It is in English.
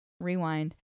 Rewind